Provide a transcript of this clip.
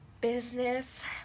business